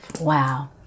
Wow